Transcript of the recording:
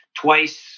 twice